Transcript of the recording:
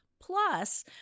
Plus